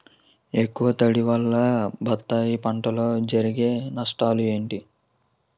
ఎక్కువ తడి వల్ల బత్తాయి పంటలో జరిగే నష్టాలేంటి?